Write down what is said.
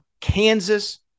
Kansas